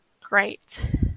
great